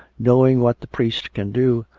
knowing what the priest can do,